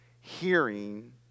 hearing